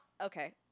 Okay